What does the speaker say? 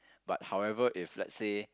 but however if let's say